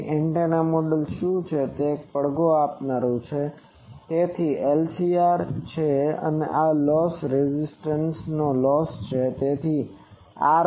તેથી antenna model શું છે તે એક પડઘો આપનારું માળખું છે તેથી તેમાં LCR છે અને આ લોસ રેઝિસ્ટન્સ નુકસાન પ્રતિકાર loss resistance ની લોસ છે